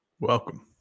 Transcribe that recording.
Welcome